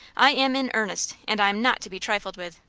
i am in earnest, and i am not to be trifled with.